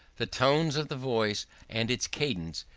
the tones of the voice and its cadences,